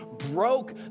broke